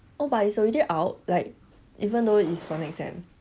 oh but it's already out like even though it's for next sem